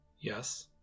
yes